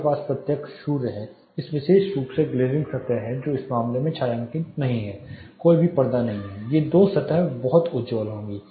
आपके पास प्रत्यक्ष सूर्य है यह विशेष रूप से ग्लेज़िंग सतह है जो इस मामले में छायांकित नहीं है कोई भी पर्दा नहीं है ये दो सतहें बहुत उज्ज्वल होंगी